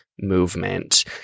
movement